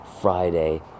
Friday